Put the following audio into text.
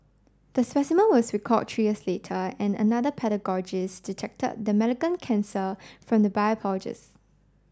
the specimen was recalled three years later and another detected the cancer from